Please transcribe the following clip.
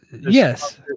yes